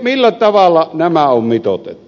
millä tavalla nämä on mitoitettu